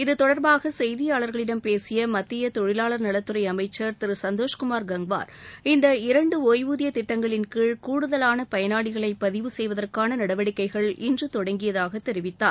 இத்தொடர்பாக செய்தியாளர்களிடம் பேசிய மத்திய தொழிவாளர் நலத்துறை அமைச்சர் திரு சந்தோஷ்குமார் கங்வார் இந்த இரண்டு ஒய்வூதியத் திட்டங்களின் கீழ கூடுதவாள பயனாளிகளை பதிவு செய்வதற்கான நடவடிக்கைகள் இன்று தொடங்கியதாகத் தெரிவித்தார்